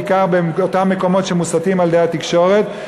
בעיקר באותם מקומות שמוסתים על-ידי התקשורת,